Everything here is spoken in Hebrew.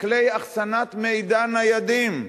כלי אחסנת מידע ניידים,